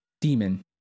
demon